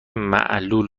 معلول